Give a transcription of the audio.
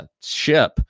ship